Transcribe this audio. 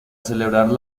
celebrar